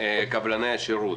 וקבלני השירות.